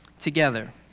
together